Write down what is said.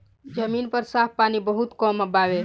जमीन पर साफ पानी बहुत कम बावे